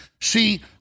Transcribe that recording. See